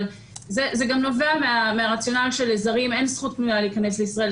אבל זה גם נובע מהרציונל שלזרים אין זכות קנויה להיכנס לישראל.